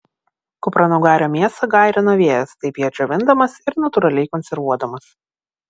kupranugario mėsą gairino vėjas taip ją džiovindamas ir natūraliai konservuodamas